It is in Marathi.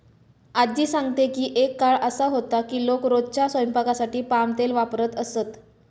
आज्जी सांगते की एक काळ असा होता की लोक रोजच्या स्वयंपाकासाठी पाम तेल वापरत असत